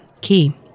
key